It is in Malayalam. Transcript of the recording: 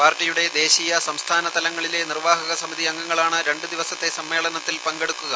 പാർട്ടിയുടെ ്ട്രദ്ദേശീയ സംസ്ഥാന തലങ്ങളിലെ നിർവഹക് സമിതി അംഗ്ലങ്ങളാണ് രണ്ടു ദിവസത്തെ സമ്മേളനത്തിൽ പങ്കെടുക്കുക